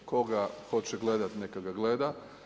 Tko ga hoće gledati neka ga gleda.